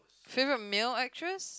favourite male actress